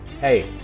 Hey